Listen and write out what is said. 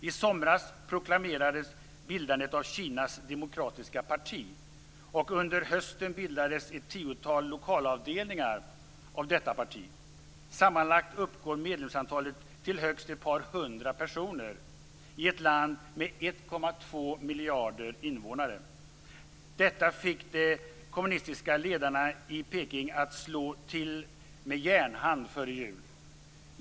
I somras proklamerades bildandet av Kinas Demokratiska Parti, och under hösten bildades ett tiotal lokalavdelningar av detta parti. Sammanlagt uppgår medlemsantalet till högst ett par hundra personer i ett land med 1,2 miljarder innevånare. Detta fick de kommunistiska ledarna i Peking att slå till med järnhand före jul.